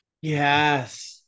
Yes